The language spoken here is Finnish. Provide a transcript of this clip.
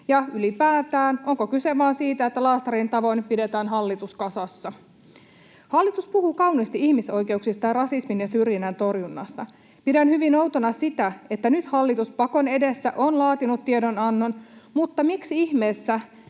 ylipäätään kyse vain siitä, että laastarin tavoin pidetään hallitus kasassa. Hallitus puhuu kauniisti ihmisoikeuksista ja rasismin ja syrjinnän torjunnasta. Pidän hyvin outona sitä, että nyt hallitus pakon edessä on laatinut tiedonannon mutta miksi ihmeessä